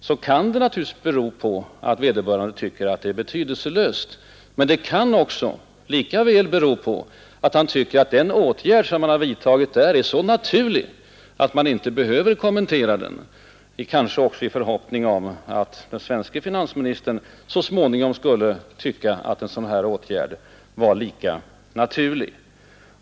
Det kan naturligtvis bero på att vederbörande tycker att det är betydelselöst, men det kan lika väl bero på att han tycker att den åtgärd som man har vidtagit i Danmark är så naturlig, att man inte behöver kommentera den — kanske också i förhoppning om att den svenske finansministern så småningom skulle tycka att en sådan här åtgärd var lika naturlig.